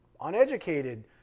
uneducated